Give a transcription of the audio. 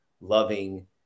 loving